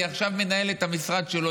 והיא עכשיו מנהלת המשרד שלו,